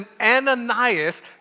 ananias